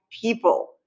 people